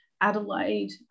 Adelaide